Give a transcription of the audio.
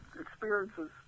experiences